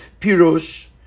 Pirush